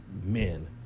men